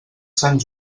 sant